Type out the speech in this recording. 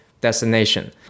destination